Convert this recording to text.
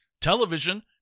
television